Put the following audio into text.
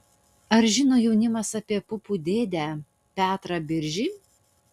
ar žino jaunimas apie pupų dėdę petrą biržį